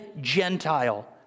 Gentile